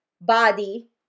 body